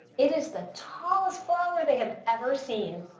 it is the tallest flower they have ever seen.